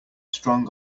strong